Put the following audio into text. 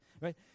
Right